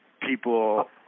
People